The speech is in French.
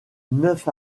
neuf